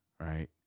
right